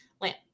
lamp